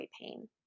pain